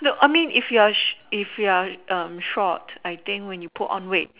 look I mean if you're sh~ if you're um short I think when you put on weight